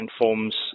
informs